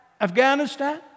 Afghanistan